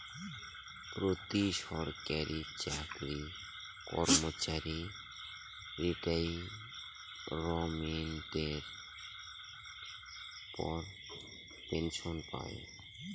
প্রতি সরকারি চাকরি কর্মচারী রিটাইরমেন্টের পর পেনসন পায়